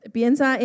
piensa